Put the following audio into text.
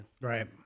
Right